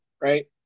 right